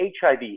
HIV